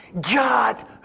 God